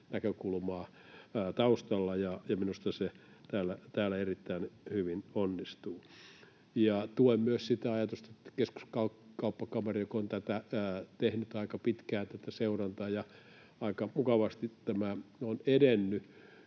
näkökulmaa taustalla, ja minusta se täällä erittäin hyvin onnistuu. Tuen myös sitä ajatusta — Keskuskauppakamari kun on tätä seurantaa tehnyt aika pitkään —, että aika mukavasti tämä on edennyt